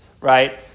right